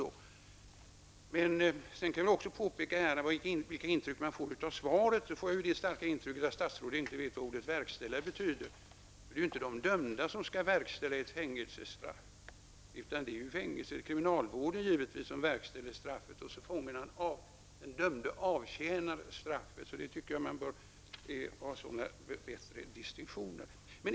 Svaret ger ett starkt intryck av att statsrådet inte vet vad ordet ''verkställa'' betyder. Det är ju inte de dömda som skall verkställa ett fängelsestraff, utan det är givetvis kriminalvården som verkställer straffet. Den dömde avtjänar straffet. Man bör enligt min uppfattning i detta sammanhang ha bättre distinktioner.